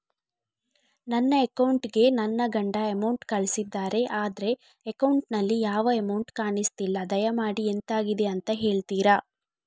ನನ್ನ ಅಕೌಂಟ್ ಗೆ ನನ್ನ ಗಂಡ ಅಮೌಂಟ್ ಕಳ್ಸಿದ್ದಾರೆ ಆದ್ರೆ ಅಕೌಂಟ್ ನಲ್ಲಿ ಯಾವ ಅಮೌಂಟ್ ಕಾಣಿಸ್ತಿಲ್ಲ ದಯಮಾಡಿ ಎಂತಾಗಿದೆ ಅಂತ ಹೇಳ್ತೀರಾ?